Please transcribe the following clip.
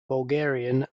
bulgarian